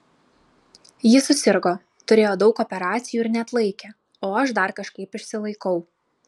ji susirgo turėjo daug operacijų ir neatlaikė o aš dar kažkaip išsilaikau